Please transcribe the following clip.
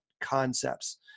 concepts